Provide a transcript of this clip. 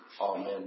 Amen